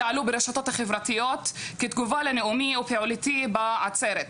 שעלו ברשתות החברתיות כתגובה לנאומי ופעולתי בעצרת.